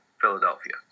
Philadelphia